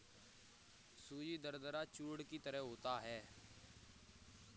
सूजी दरदरा चूर्ण की तरह होता है